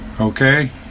Okay